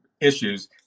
issues